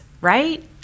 right